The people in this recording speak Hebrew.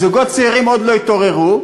הזוגות הצעירים עוד לא התעוררו,